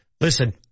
Listen